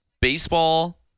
Baseball